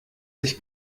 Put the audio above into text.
sich